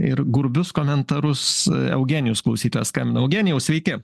ir grubius komentarus eugenijus klausytojas skambina eugenijau sveiki